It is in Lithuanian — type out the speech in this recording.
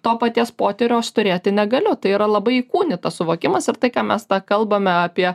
to paties potyrio aš turėti negaliu tai yra labai įkūnytas suvokimas ir tai ką mes tą kalbame apie